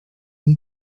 need